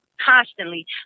constantly